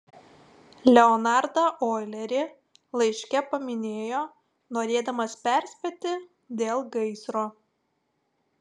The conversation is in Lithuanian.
leonardą oilerį laiške paminėjo norėdamas perspėti dėl gaisro